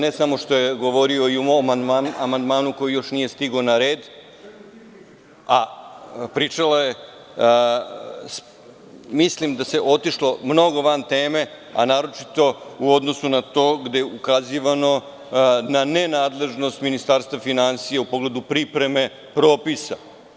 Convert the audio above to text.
Ne samo što je govorio i o amandmanu koji još nije stigao na red, mislim da se otišlo mnogo van teme, a naročito u odnosu na to gde je ukazivano na nenadležnost Ministarstva finansija u pogledu pripreme propisa.